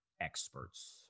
experts